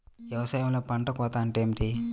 వ్యవసాయంలో పంట కోత అంటే ఏమిటి?